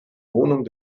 wohnung